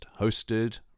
hosted